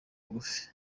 ngufi